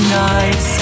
nice